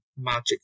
magic